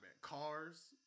Cars